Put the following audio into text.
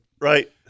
Right